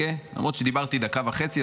דיברתי דקה וחצי,